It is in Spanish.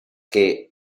que